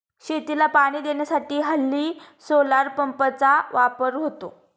शेतीला पाणी देण्यासाठी हल्ली सोलार पंपचा वापर होतो